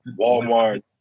Walmart